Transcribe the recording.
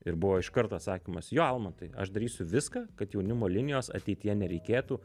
ir buvo iš karto atsakymas jo almantai aš darysiu viską kad jaunimo linijos ateityje nereikėtų